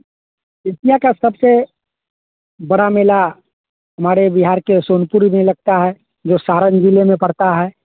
India का सबसे बड़ा मेला हमारे बिहार के सोनपुर में लगता है जो सारंग ज़िले में पड़ता है